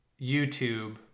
YouTube